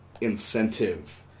incentive